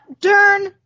Dern